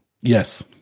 Yes